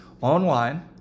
online